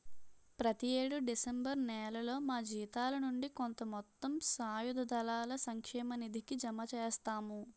ప్రతి యేడు డిసెంబర్ నేలలో మా జీతాల నుండి కొంత మొత్తం సాయుధ దళాల సంక్షేమ నిధికి జమ చేస్తాము